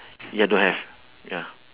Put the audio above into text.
ya don't have ya